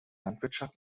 landwirtschaft